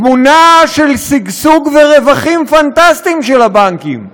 תמונה של שגשוג ורווחים פנטסטיים של הבנקים,